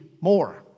more